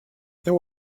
there